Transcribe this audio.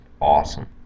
awesome